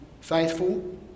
faithful